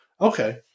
Okay